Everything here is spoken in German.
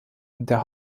der